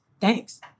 thanks